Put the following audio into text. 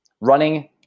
Running